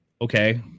Okay